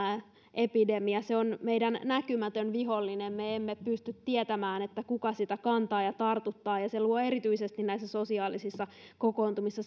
epidemia se on meidän näkymätön vihollinen me emme pysty tietämään kuka sitä kantaa ja tartuttaa ja sen takia se luo erityisesti sosiaalisissa kokoontumisissa